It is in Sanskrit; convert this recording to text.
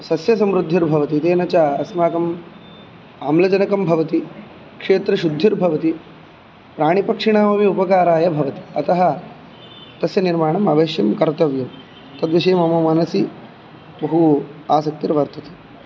सस्यसमृद्धिर्भवति तेन च अस्माकम् आम्लजनकं भवति क्षेत्रशुद्धिर्भवति प्राणिपक्षिणामपि उपकाराय भवति अतः तस्य निर्माणम् अवश्यं कर्तव्यं तद्विषये मम मनसि बहु आसक्तिर्वर्तते